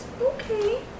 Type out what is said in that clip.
Okay